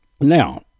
now